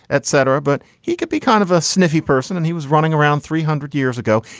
et cetera. but he could be kind of a sniffy person. and he was running around three hundred years ago.